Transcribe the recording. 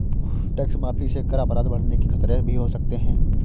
tax माफी से कर अपराध बढ़ने के खतरे भी हो सकते हैं